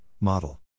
model